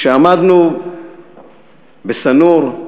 כשעמדנו בסנור,